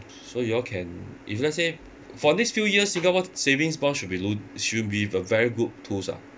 so you all can if let's say for this few years Singapore savings bond should be lo~ should be a very good tools ah